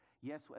Yes